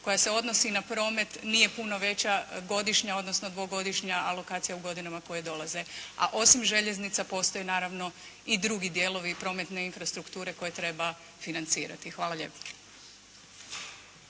koja se odnosi n promet, nije puno veća godišnje, odnosno dvogodišnja alokacija u godinama koje dolaze. A osim željeznica postoje naravno i drugi dijelovi prometne infrastrukture koje treba financirati, hvala lijepo.